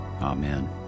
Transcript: amen